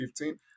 2015